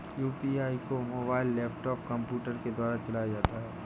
UPI को mobile laptop computer के द्वारा चलाया जाता है